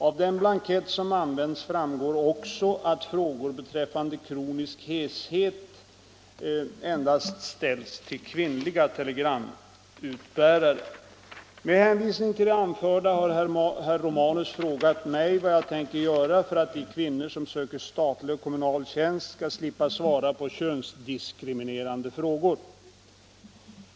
Av den blankett som använts framgår också, att frågor beträffande kronisk heshet endast ställs till kvinnliga telegramutbärare. Med hänvisning till det anförda har herr Romanus frågat mig vad jag tänker göra för att de kvinnor som söker statlig och kommunal tjänst skall slippa svara på könsdiskriminerande frågor.